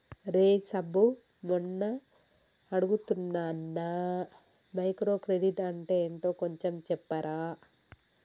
రేయ్ సబ్బు మొన్న అడుగుతున్నానా మైక్రో క్రెడిట్ అంటే ఏంటో కొంచెం చెప్పరా